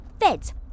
Feds